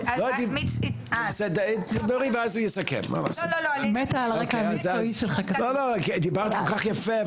כי דברת כל כך יפה,